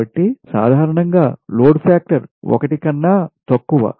కాబట్టి సాధారణంగా load factor 1 కన్నా తక్కువ